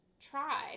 Try